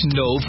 no